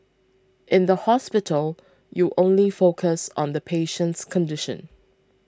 in the hospital you only focus on the patient's condition